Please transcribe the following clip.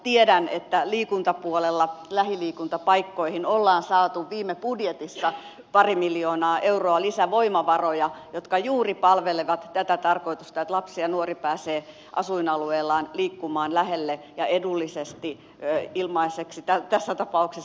tiedän että liikuntapuolella lähiliikuntapaikkoihin ollaan saatu viime budjetissa pari miljoonaa euroa lisävoimavaroja jotka juuri palvelevat tätä tarkoitusta että lapsi ja nuori pääsee asuinalueellaan liikkumaan lähelle ja edullisesti ilmaiseksi tässä tapauksessa